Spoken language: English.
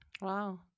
Wow